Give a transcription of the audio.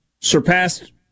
surpassed